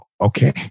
Okay